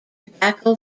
tobacco